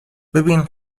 ببین